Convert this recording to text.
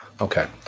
Okay